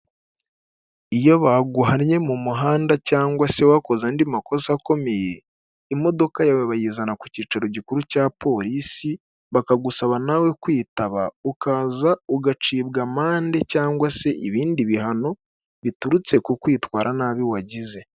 Iyo baguhannye mu muhanda cyangwa se wakoze andi makosa akomeye, imodoka yawe bayizana ku cyicaro gikuru cya polisi, bakagusaba nawe kwitaba ukaza ugacibwa amande cyangwa se ibindi bihano biturutse ku kwitwara nabi wagize.